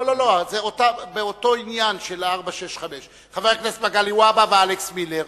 זה באותו עניין של כביש 465. חברי הכנסת מגלי והבה ואלכס מילר.